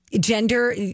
gender